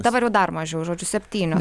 dabar jau dar mažiau žodžiu septynios